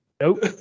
Nope